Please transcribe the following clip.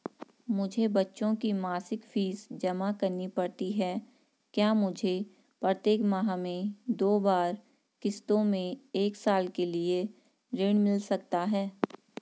मुझे बच्चों की मासिक फीस जमा करनी पड़ती है क्या मुझे प्रत्येक माह में दो बार किश्तों में एक साल के लिए ऋण मिल सकता है?